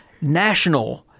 national